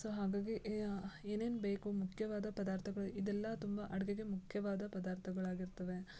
so ಹಾಗಾಗಿ ಏನೇನು ಬೇಕೋ ಮುಖ್ಯವಾದ ಪದಾರ್ಥಗಳು ಇದೆಲ್ಲ ತುಂಬ ಅಡುಗೆಗೆ ಮುಖ್ಯವಾದ ಪದಾರ್ಥಗಳಾಗಿರ್ತವೆ